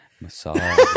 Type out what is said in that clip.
Massage